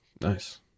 Nice